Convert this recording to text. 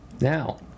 Now